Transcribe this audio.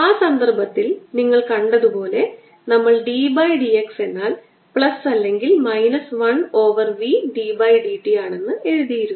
ആ സന്ദർഭത്തിൽ നിങ്ങൾ കണ്ടതുപോലെ നമ്മൾ d by d x എന്നാൽ പ്ലസ് അല്ലെങ്കിൽ minus 1 over v d by d t ആണെന്ന് എഴുതിയിരുന്നു